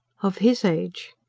of his age.